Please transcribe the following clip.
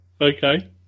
Okay